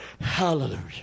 Hallelujah